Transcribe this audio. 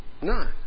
none